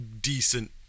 decent